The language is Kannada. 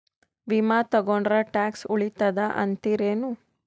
ವಿಮಾ ತೊಗೊಂಡ್ರ ಟ್ಯಾಕ್ಸ ಉಳಿತದ ಅಂತಿರೇನು?